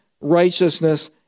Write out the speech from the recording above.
righteousness